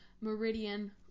Meridian